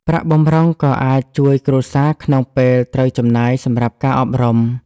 ប្រាក់បម្រុងក៏អាចជួយគ្រួសារក្នុងពេលត្រូវចំណាយសម្រាប់ការអប់រំ។